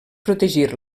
protegir